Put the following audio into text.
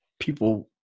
people